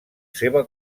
seva